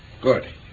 Good